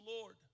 Lord